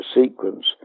sequence